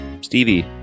Stevie